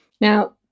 Now